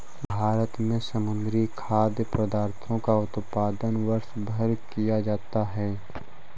भारत में समुद्री खाद्य पदार्थों का उत्पादन वर्षभर किया जाता है